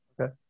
Okay